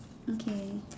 okay